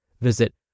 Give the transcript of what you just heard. Visit